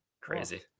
Crazy